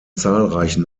zahlreichen